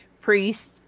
priests